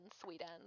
sweden